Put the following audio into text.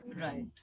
Right